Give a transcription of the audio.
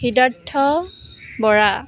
Hridartha Bora